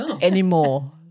anymore